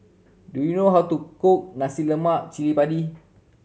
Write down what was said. do you know how to cook nacy lemak cili padi